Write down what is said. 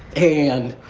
and